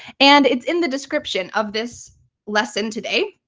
and it's in the description of this lesson today